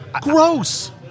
Gross